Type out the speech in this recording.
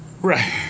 right